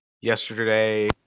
yesterday